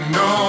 no